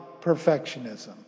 perfectionism